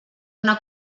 una